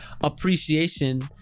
appreciation